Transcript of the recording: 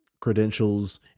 credentials